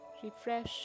Refresh